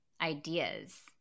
ideas